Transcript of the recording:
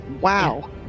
Wow